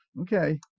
okay